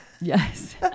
yes